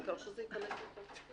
העיקר שזה ייכנס לתוקף.